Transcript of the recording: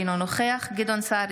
אינו נוכח גדעון סער,